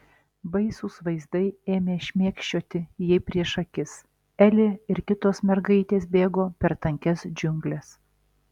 baisūs vaizdai ėmė šmėkščioti jai prieš akis elė ir kitos mergaitės bėgo per tankias džiungles